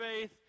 faith